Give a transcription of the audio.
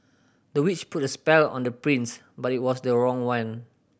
the witch put a spell on the prince but it was the wrong one